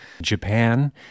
Japan